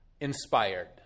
inspired